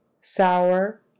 sour